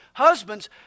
Husbands